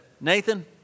Nathan